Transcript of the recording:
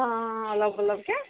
অঁ অলপ অলপ কৈ